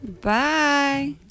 Bye